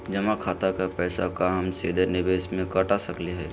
जमा खाता के पैसा का हम सीधे निवेस में कटा सकली हई?